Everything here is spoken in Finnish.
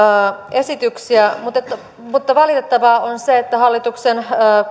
esityksiä mutta mutta valitettavaa on se että hallituksen